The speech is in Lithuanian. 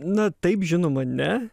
na taip žinoma ne